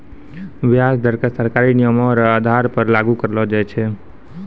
व्याज दर क सरकारी नियमो र आधार पर लागू करलो जाय छै